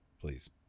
Please